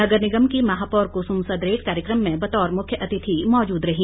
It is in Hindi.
नगर निगम की महापौर कुसुम सदरेट कार्यक्रम में बतौर मुख्यातिथि मौजूद रही